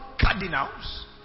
cardinals